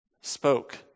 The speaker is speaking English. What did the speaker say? spoke